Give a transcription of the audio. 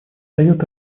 дает